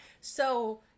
So-